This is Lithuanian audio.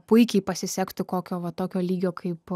puikiai pasisektų kokio va tokio lygio kaip